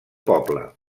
poble